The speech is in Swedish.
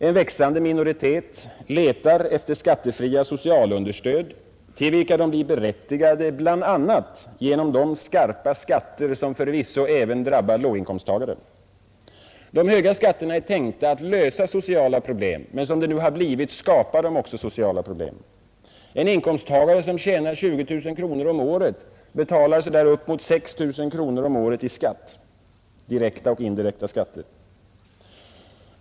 En växande minoritet letar efter skattefria socialunderstöd, till vilka man blir berättigad bl.a. genom de skarpa skatter som förvisso även drabbar låginkomsttagare. De höga skatterna är tänkta att lösa sociala problem, men som det nu har blivit skapar de också sociala problem. En inkomsttagare som tjänar 20 000 kronor om året betalar uppemot 6 000 kronor om året i direkta och indirekta skatter.